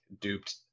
duped